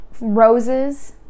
roses